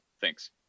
thanks